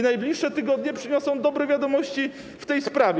Najbliższe tygodnie przyniosą dobre wiadomości w tej sprawie.